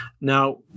Now